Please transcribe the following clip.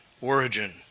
origin